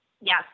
Yes